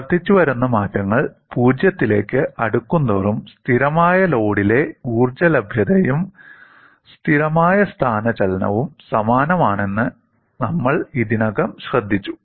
വർദ്ധിച്ചുവരുന്ന മാറ്റങ്ങൾ 0 ത്തിലേക്ക് അടുക്കുന്തോറും സ്ഥിരമായ ലോഡിലെ ഊർജ്ജ ലഭ്യതയും സ്ഥിരമായ സ്ഥാനചലനവും സമാനമാണെന്ന് നമ്മൾ ഇതിനകം ശ്രദ്ധിച്ചു